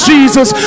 Jesus